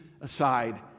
aside